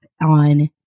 on